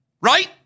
Right